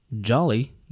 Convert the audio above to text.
jolly